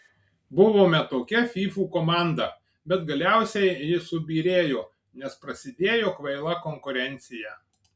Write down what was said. buvome tokia fyfų komanda bet galiausiai ji subyrėjo nes prasidėjo kvaila konkurencija